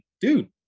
dude